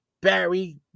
barry